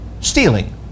stealing